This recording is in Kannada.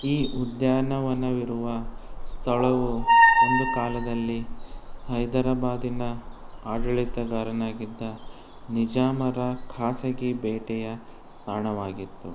ಈ ಉದ್ಯಾನವನವಿರುವ ಸ್ಥಳವು ಒಂದು ಕಾಲದಲ್ಲಿ ಹೈದರಬಾದಿನ ಆಡಳಿತಗಾರನಾಗಿದ್ದ ನಿಜಾಮರ ಖಾಸಗಿ ಬೇಟೆಯ ತಾಣವಾಗಿತ್ತು